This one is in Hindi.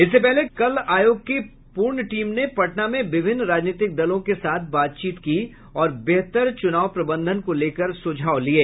इससे पहले कल आयोग की पूर्ण टीम ने पटना में विभिन्न राजनीतिक दलों के साथ बातचीत की और बेहतर चुनाव प्रबंधन को लेकर सुझाव लिये